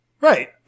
Right